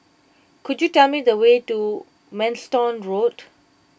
could you tell me the way to Manston Road